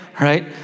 right